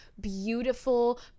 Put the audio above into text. beautiful